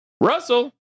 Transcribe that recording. Russell